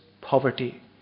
Poverty